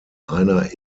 einer